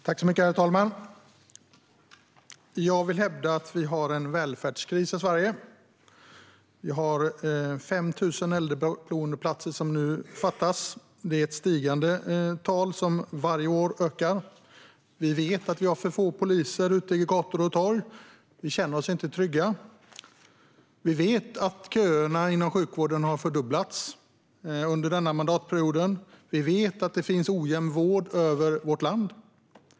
Herr talman! Jag vill hävda att vi har en välfärdskris i Sverige. Det fattas 5 000 äldreboendeplatser, och det talet ökar varje år. Vi vet att vi har för få poliser ute på gator och torg. Vi känner oss inte trygga. Vi vet att köerna inom sjukvården har fördubblats under mandatperioden. Vi vet att vården är ojämlik i vårt land.